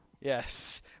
Yes